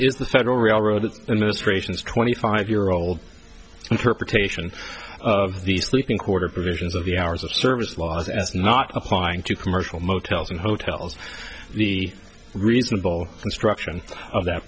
the federal railroad administration is twenty five year old interpretation of the sleeping quarters provisions of the hours of service laws as not applying to commercial motels and hotels the reasonable construction of that